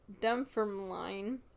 Dunfermline